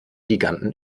giganten